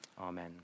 Amen